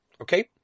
Okay